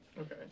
Okay